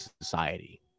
society